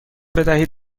بدهید